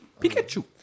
Pikachu